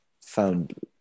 found